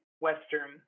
Western